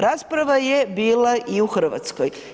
Rasprava je bila i u Hrvatskoj.